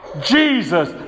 Jesus